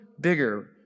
bigger